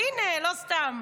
הינה, לא סתם,